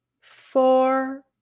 four